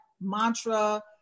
mantra